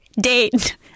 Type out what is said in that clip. date